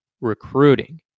recruiting